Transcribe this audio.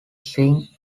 swing